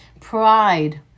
Pride